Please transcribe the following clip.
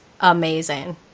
amazing